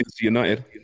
United